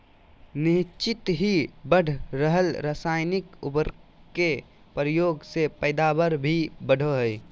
निह्चित ही बढ़ रहल रासायनिक उर्वरक के प्रयोग से पैदावार भी बढ़ो हइ